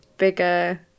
bigger